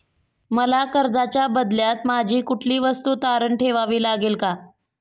मला कर्जाच्या बदल्यात माझी कुठली वस्तू तारण ठेवावी लागेल का?